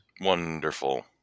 wonderful